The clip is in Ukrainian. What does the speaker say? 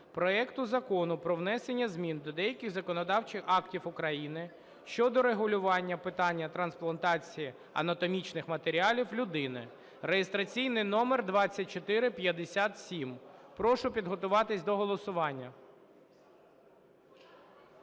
проекту Закону про внесення змін до деяких законодавчих актів України щодо регулювання питання трансплантації анатомічних матеріалів людині (реєстраційний номер 2457). Прошу підготуватися до голосування.